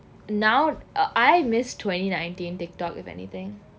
now I miss twenty nineteen Tik Tok if anything